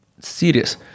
serious